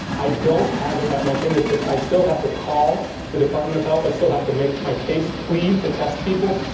i don't have it at my fingertips. i still have to call the department of health. i still have to make my case, plead to test people.